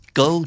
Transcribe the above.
go